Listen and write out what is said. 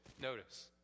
Notice